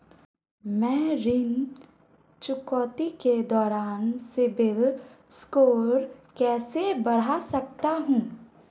मैं ऋण चुकौती के दौरान सिबिल स्कोर कैसे बढ़ा सकता हूं?